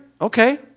Okay